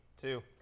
Two